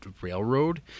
railroad